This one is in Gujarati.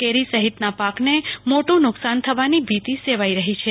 કેરી સહિતના પાકને મોટું નુકસાન થવાની ભીતિ સેવાઈ રહી છે